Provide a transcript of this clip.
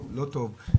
לא טוב?